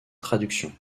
traduction